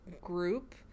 group